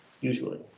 usually